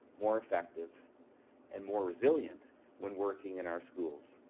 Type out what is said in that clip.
more effective and more resilient when working in our schools.